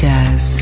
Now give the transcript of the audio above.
Jazz